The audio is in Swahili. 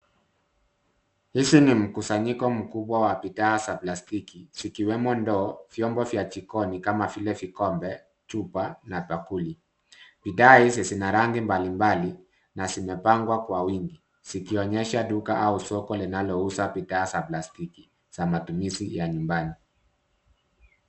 Hizi ni mkusanyiko mkubwa wa bidhaa za plastiki zikiwemo ndoo, viombo vya jikoni kama vile vikombe, chupa na bakuli. Vigae hizi zina rangi mbali mbali na zimepangwa kwa wima zikionyesha duka au soko linalouza bidhaa za plastiki za matumizi ya nyumbani.